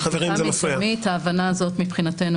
והיא בדיקה מדגמית ההבנה הזאת מבחינתנו